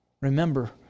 Remember